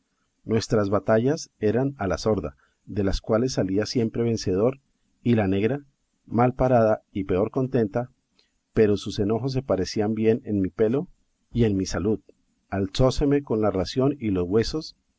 nuestras batallas eran a la sorda de las cuales salía siempre vencedor y la negra malparada y peor contenta pero sus enojos se parecían bien en mi pelo y en mi salud alzóseme con la ración y los huesos